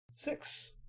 Six